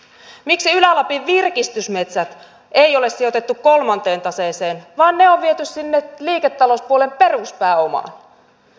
miksi ylä lapin virkistysmetsiä ei ole sijoitettu kolmanteen taseeseen vaan ne on viety sinne liiketalouspuolen peruspääomaan